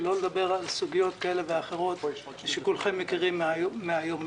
שלא לדבר על סוגיות כאלה ואחרות שכולכם מכירים מהיום-יום,